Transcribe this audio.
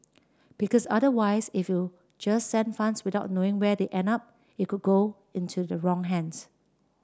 because otherwise if you just send funds without knowing where they end up it could go into the wrong hands